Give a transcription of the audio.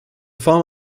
form